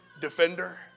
defender